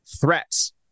threats